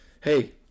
Hey